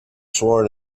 sworn